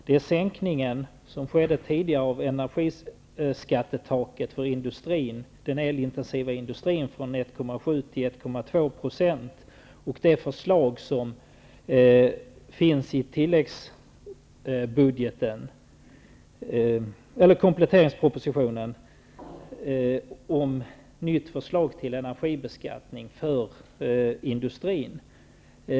Det är den tidigare sänkningen av energiskattetaket för den elintensiva industrin från 1,7 till 1,2 %, och det är förslaget i kompletteringspropositionen om en ny energibeskattning för industrin.